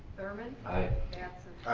thurman. aye. batson.